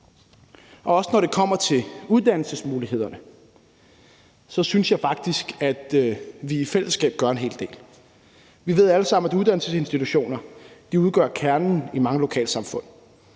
Også når det kommer til uddannelsesmuligheder, synes jeg faktisk at vi i fællesskab gør en hel del. Vi ved alle sammen, at uddannelsesinstitutioner udgør kernen i mange lokalsamfund,